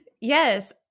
Yes